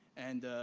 and